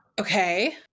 Okay